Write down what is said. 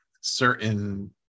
certain